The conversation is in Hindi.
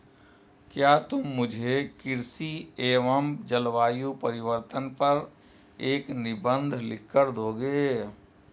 क्या तुम मुझे कृषि एवं जलवायु परिवर्तन पर एक निबंध लिखकर दोगे?